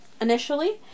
initially